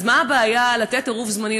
אז מה הבעיה לתת עירוב זמני?